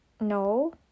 No